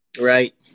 Right